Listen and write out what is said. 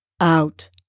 out